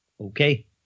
Okay